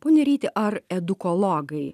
pone ryti ar edukologai